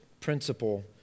principle